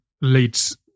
leads